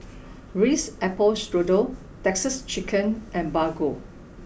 Ritz Apple Strudel Texas Chicken and Bargo